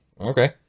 Okay